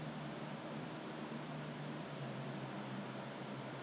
because I have two bottles at home mah 我这边有两瓶 leh 不懂是谁带来 anyway 是